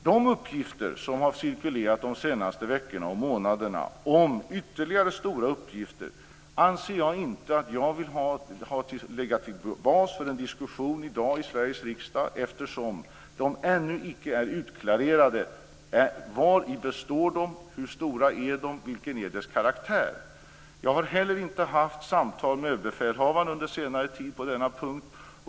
De uppgifter som har cirkulerat de senaste veckorna och månaderna om ytterligare stora uppgifter vill inte jag lägga till bas för en diskussion i dag i Sveriges riksdag, eftersom det ännu icke är utklarerat vari de består, hur stora de är och vad de har för karaktär. Jag har heller inte haft samtal med överbefälhavaren under senare tid på denna punkt.